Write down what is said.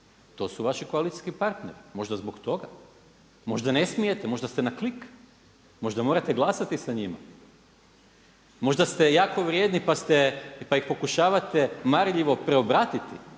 To su vaši koalicijski partneri? Možda zbog toga? Možda ne smijete, možda ste na klik. Možda morate glasati sa njima? Možda ste jako vrijedni pa ste, pa ih pokušavate marljivo preobratiti?